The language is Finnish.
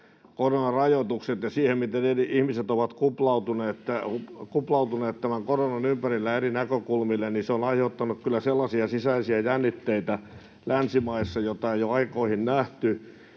koronarajoitukset ja se, miten eri ihmiset ovat kuplautuneet tämän koronan ympärille eri näkökulmille, ovat aiheuttaneet kyllä sellaisia sisäisiä jännitteitä länsimaissa, joita ei ole aikoihin nähty.